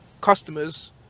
customers